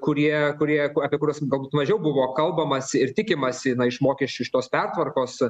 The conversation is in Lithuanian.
kurie kurie apie kuriuos galbūt mažiau buvo kalbamasi ir tikimasi iš mokesčių iš tos pertvarkos